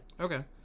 Okay